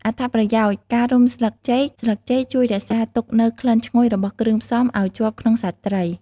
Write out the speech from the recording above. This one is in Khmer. អត្ថប្រយោជន៍ការរុំស្លឹកចេកស្លឹកចេកជួយរក្សាទុកនូវក្លិនឈ្ងុយរបស់គ្រឿងផ្សំឲ្យជាប់ក្នុងសាច់ត្រី។